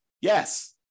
Yes